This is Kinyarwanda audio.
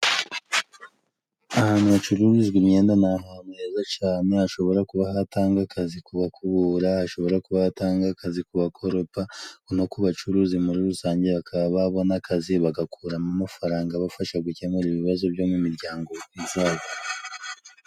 Ahantu hacururizwa imyenda ni ahantu heza cane, hashobora kuba hatanga akazi kubakubura, hashobora kuba hatanga akazi ku bakoropa no ku bacuruzi muri rusange bakaba babona akazi bagakuramo amafaranga abafasha gukemura ibibazo byo mu miryango zabo.